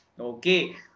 Okay